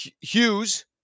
Hughes